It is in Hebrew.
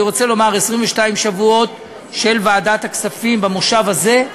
אני רוצה לומר: 22 שבועות של ועדת הכספים במושב הזה,